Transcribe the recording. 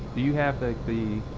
do you have like the